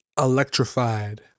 electrified